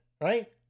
right